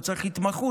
הוא צריך התמחות,